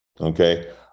Okay